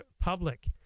public